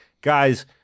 Guys